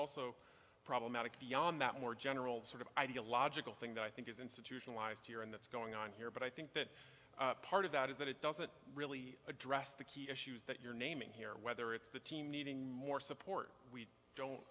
also problematic beyond that more general sort of ideological thing that i think is institutionalized here and that's going on here but i think that part of that is that it doesn't really address the key issues that you're naming here whether it's the team needing more support we don't